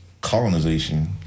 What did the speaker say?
colonization